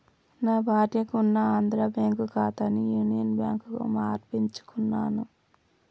నా భార్యకి ఉన్న ఆంధ్రా బ్యేంకు ఖాతాని యునియన్ బ్యాంకుకు మార్పించుకున్నాను